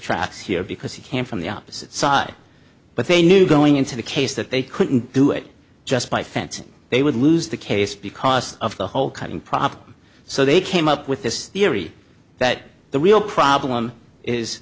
tracks here because he came from the opposite side but they knew going into the case that they couldn't do it just by fence and they would lose the case because of the whole cutting problem so they came up with this theory that the real problem is